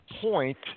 point